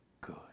good